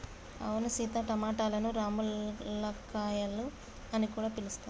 అవును సీత టమాటలను రామ్ములక్కాయాలు అని కూడా పిలుస్తారు